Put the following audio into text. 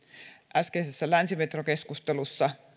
äskeisestä länsimetro keskustelusta siinä